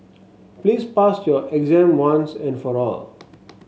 please pass your exam once and for all